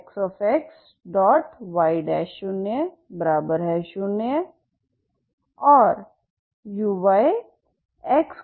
x0XxY00और uy